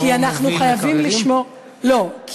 כי אנחנו חייבים לשמור, לא.